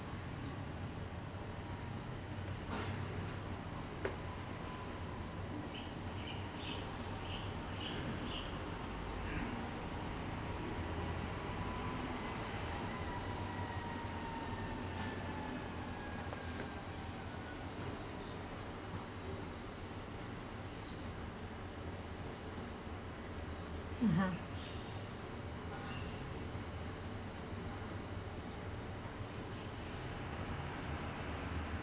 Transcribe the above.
(uh huh)